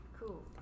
Cool